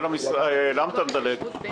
למה אתה מדלג?